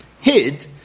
hid